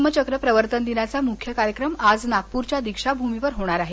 धम्म चक्र प्रवर्तन दिनाचा मुख्य कार्यक्रम आज नागप्रच्या दीक्षा भूमीवर होणार आहे